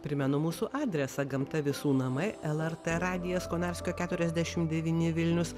primenu mūsų adresą gamta visų namai lrt radijas konarskio keturiasdešimt devyni vilnius